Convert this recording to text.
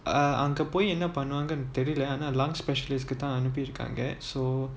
uh அங்க போய் என்ன பண்ணுவாங்கனு தெரில:anga poai enna pannuvaanganu therila lung specialist கு தான் அனுப்புவாங்க:ku thaan anupuvaanga so